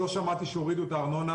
לא שמעתי שהורידו את הארנונה,